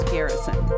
Garrison